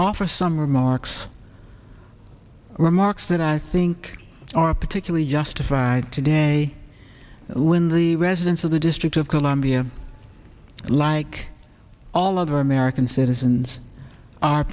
offer some remarks remarks that i think are particularly justified today when the residents of the district of columbia like all other american citizens are